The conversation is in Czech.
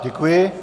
Děkuji.